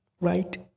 right